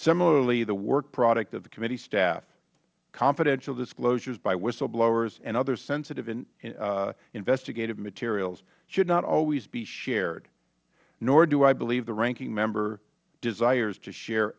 similarly the work product of the committee staff confidential disclosures by whistleblowers and other sensitive investigative materials should not always be shared nor do i believe the ranking member desires to share